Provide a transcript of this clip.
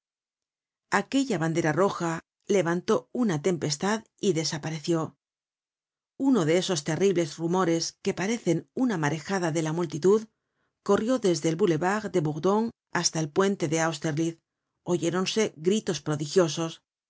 aquella bandera roja levantó una tempestad y desapareció uno de esos terribles rumores que parecen una marejada de la multitud corrió desde el boulevard de bourdon hasta el puente de austerlitz oyéronse gritos prodigiosos